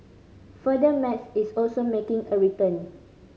further Math is also making a return